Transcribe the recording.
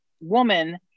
woman